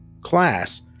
class